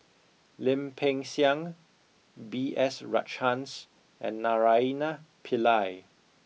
Lim Peng Siang B S Rajhans and Naraina Pillai